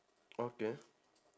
okay